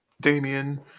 Damien